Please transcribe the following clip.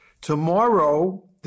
Tomorrow